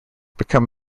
become